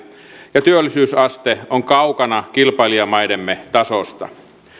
ja työllisyysaste on kaukana kilpailijamaidemme tasosta